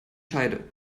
scheide